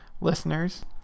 Listeners